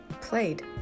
played